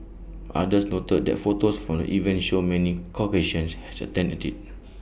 others noted that photos from the event showed many Caucasians has attended IT